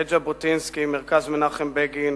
בית ז'בוטינסקי, מרכז מנחם בגין